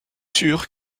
sûr